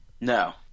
No